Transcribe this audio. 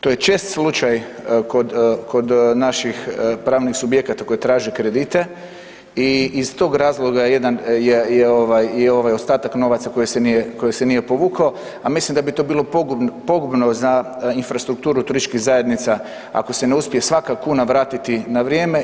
To je čest slučaj kod naših pravnih subjekata koji traže kredite i iz tog razloga je ovaj ostatak novaca koji se nije povukao, a mislim da bi to bilo pogubno za infrastrukturu turističkih zajednica ako se ne uspije svaka kuna vratiti na vrijeme.